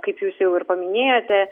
kaip jūs jau ir paminėjote